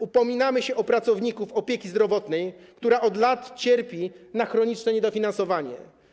Upominamy się o pracowników opieki zdrowotnej, która od lat cierpi na chroniczne niedofinansowanie.